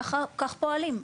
כך פועלים,